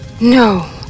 No